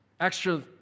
Extra